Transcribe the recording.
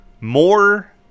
more